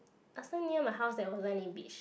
last time near my house there wasn't any beach